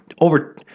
over